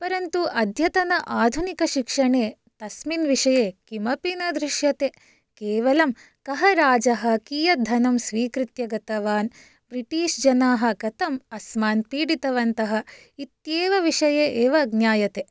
परन्तु अध्यतन आधुनिकशिक्षणे तस्मिन् विषये किमपि न दृष्यते केवलं कः राजः कियत् धनं स्वीकृत्य गतवान् ब्रिटीष् जनाः कथम् अस्मान् पीडितवन्तः इत्येव विषये एव ज्ञायते